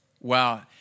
Wow